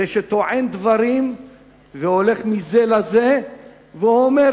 זה שטוען דברים והולך מזה לזה ואומר,